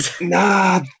Nah